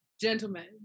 gentlemen